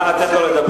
אלה שצועקים, נכון.